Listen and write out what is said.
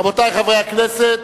רבותי חברי הכנסת,